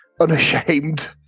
unashamed